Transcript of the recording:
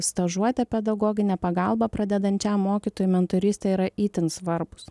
stažuotė pedagoginė pagalba pradedančiam mokytojui mentorystė yra itin svarbūs